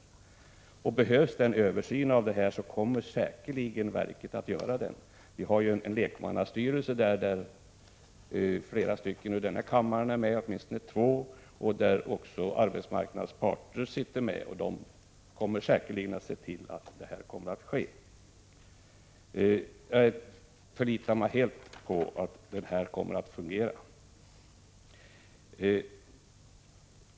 Om det skulle behövas en översyn i detta sammanhang, kommer verket säkerligen att göra en sådan. Det finns ju en lekmannastyrelse, där flera ledamöter av denna kammare — åtminstone rör det sig om två stycken — och även representanter för arbetsmarknadens parter sitter med. Dessa kommer säkerligen att se till att något sker. Jag förlitar mig alltså helt på att det här kommer att fungera.